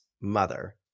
mother-